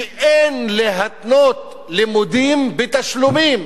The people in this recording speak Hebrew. שאין להתנות לימודים בתשלומים.